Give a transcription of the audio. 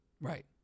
Right